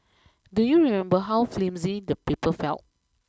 do you remember how flimsy the paper felt